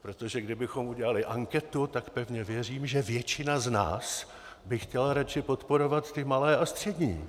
Protože kdybychom udělali anketu, tak pevně věřím, že většina z nás by chtěla raději podporovat ty malé a střední.